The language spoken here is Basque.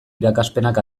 irakaspenak